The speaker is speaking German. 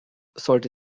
sollte